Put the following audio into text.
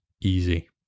easy